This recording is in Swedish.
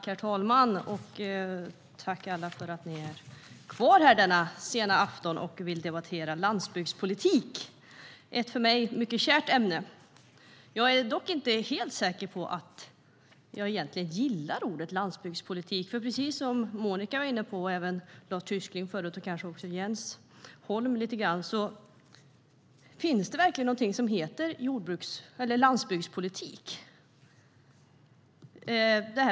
Herr talman! Tack alla för att ni är kvar här denna sena afton och vill debattera landsbygdspolitik! Det är ett för mig mycket kärt ämne. Jag är dock inte säker på att jag gillar ordet landsbygdspolitik. Precis som Monica Haider, Lars Tysklind och Jens Holm var inne på kan man undra om det verkligen finns något som heter landsbygdspolitik.